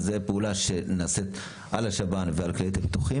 זו פעולה שנעשית על השב"ן ועל כללי הביטוחים